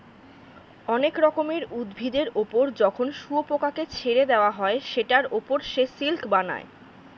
অনেক রকমের উভিদের ওপর যখন শুয়োপোকাকে ছেড়ে দেওয়া হয় সেটার ওপর সে সিল্ক বানায়